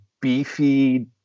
beefy